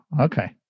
Okay